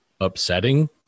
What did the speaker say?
upsetting